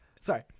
Sorry